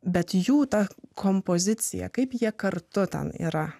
bet jų ta kompozicija kaip jie kartu tam yra